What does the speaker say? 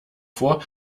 vor